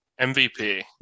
MVP